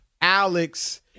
Alex